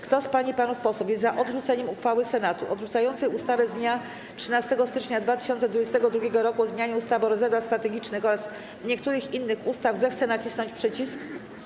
Kto z pań i panów posłów jest za odrzuceniem uchwały Senatu odrzucającej ustawę z dnia 13 stycznia 2022 r. o zmianie ustawy o rezerwach strategicznych oraz niektórych innych ustaw, zechce nacisnąć przycisk.